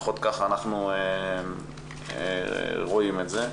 לפחות ככה אנחנו רואים את זה,